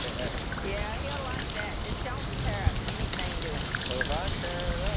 but happy. yeah, he'll like that. just don't tear up anything doing it. well, if i tear